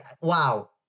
Wow